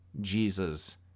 Jesus